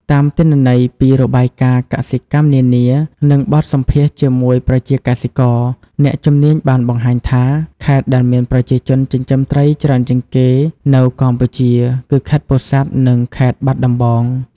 តាមទិន្នន័យពីរបាយការណ៍កសិកម្មនានា និងបទសម្ភាសន៍ជាមួយប្រជាកសិករ អ្នកជំនាញបានបង្ហាញថា ខេត្តដែលមានប្រជាជនចិញ្ចឹមត្រីច្រើនជាងគេនៅកម្ពុជាគឺ ខេត្តពោធិ៍សាត់ និង ខេត្តបាត់ដំបង។